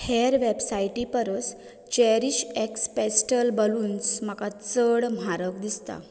हेर वेबसायटीं परस चॅरीशएक्स पेस्टल बलून्स म्हाका चड म्हारग दिसता